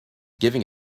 giving